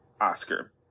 Oscar